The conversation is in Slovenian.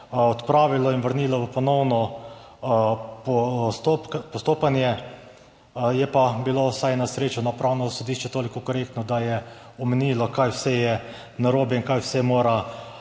odpravilo in vrnilo v ponovno postopanje. Je pa bilo na srečo Upravno sodišče toliko korektno, da je omenilo, kaj vse je narobe in kaj vse morajo